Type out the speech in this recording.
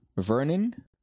vernon